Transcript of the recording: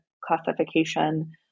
classification